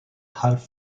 half